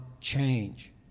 change